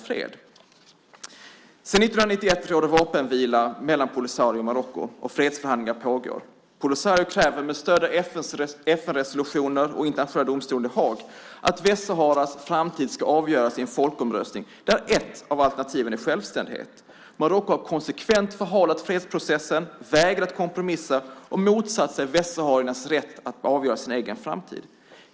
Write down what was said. Sedan 1991 råder vapenvila mellan Polisario och Marocko och fredsförhandlingar pågår. Polisario kräver, med stöd av FN-resolutioner och Internationella domstolen i Haag, att Västsaharas framtid ska avgöras i en folkomröstning där ett av alternativen är självständighet. Marocko har konsekvent förhalat fredsprocessen, vägrat kompromissa och motsatt sig västsahariernas rätt att avgöra sin egen framtid.